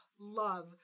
love